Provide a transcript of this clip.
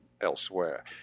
elsewhere